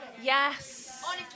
Yes